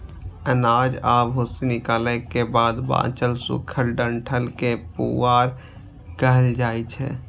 अनाज आ भूसी निकालै के बाद बांचल सूखल डंठल कें पुआर कहल जाइ छै